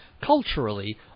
culturally